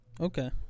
Okay